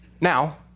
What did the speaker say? Now